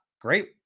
great